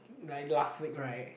like last week right